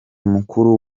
mukuru